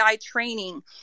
training